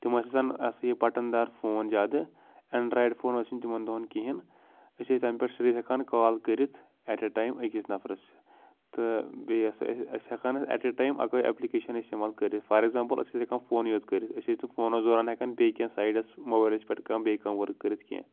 تِم ٲسۍ آسان یہِ ہسا یہِ بَٹَن دار فوٗن زیادٕ ایٚنٛڈرٛایِڈ فوٗن ٲسۍ نہٕ تِمَن دۄہَن کِہیٖنۍ أسۍ ٲسۍ تَمہِ پٮ۪ٹھ سیٚودٕے ہیٚکان کال کٔرِتھ ایٹ اےٚ ٹایِم أکِس نَفرَس تہٕ بیٚیہِ یہِ ہسا أسۍ ہیٚکان أسۍ ایٹ اےٚ ٹایِم اَکٲے ایٚپلِکیشَن اِستعمال کٔرِتھ فار ایٚگزامپٕل أسۍ ٲسۍ ہیٚکان فوٗنٕے یوت کٔرِتھ أسۍ ٲسۍ تہِ فوٗنَس دوران ہیٚکان بیٚیہِ کیٚنٛہہ سایڈَس موبایلَس پٮ۪ٹھ کانٛہہ بیٚیہِ کانٛہہ ؤرٕک کٔرِتھ کیٚنٛہہ